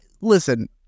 listen